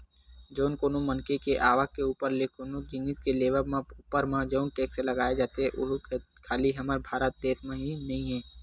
जउन कोनो मनखे के आवक के ऊपर ते कोनो जिनिस के लेवब ऊपर म जउन टेक्स लगाए जाथे ओहा खाली हमर भारत देस म ही नइ हे